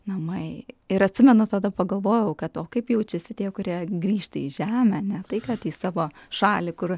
namai ir atsimenu tada pagalvojau kad o kaip jaučiasi tie kurie grįžta į žemę ne tai kad į savo šalį kur